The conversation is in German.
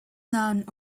nahen